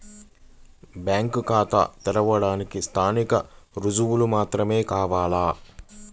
Bank ఖాతా తెరవడానికి స్థానిక రుజువులు మాత్రమే కావాలా?